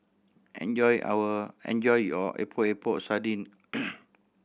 enjoy our enjoy your Epok Epok Sardin